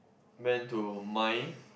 went to mine